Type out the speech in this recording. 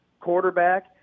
quarterback